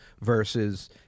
versus